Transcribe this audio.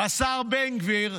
השר בן גביר,